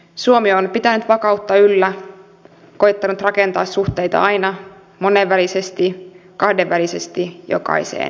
suomi on pitänyt vakautta yllä koettanut rakentaa suhteita aina monenvälisesti kahdenvälisesti jokaiseen ilmansuuntaan